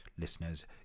listeners